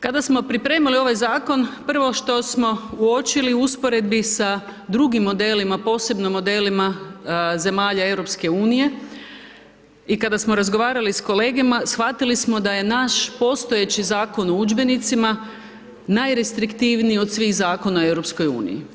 Kada smo pripremali ovaj zakon prvo što smo uočili u usporedbi sa drugim modelima, posebno modelima zemalja EU i kada smo razgovarali s kolegama, shvatili smo da je naš postojeći Zakon o udžbenicima najrestriktivniji od svih zakona u EU.